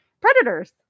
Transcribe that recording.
predators